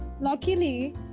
luckily